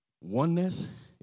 Oneness